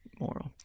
moral